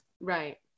Right